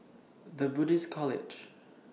The Buddhist College